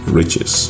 riches